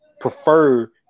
prefer